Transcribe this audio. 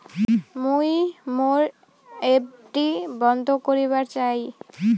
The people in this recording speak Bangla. মুই মোর এফ.ডি বন্ধ করিবার চাই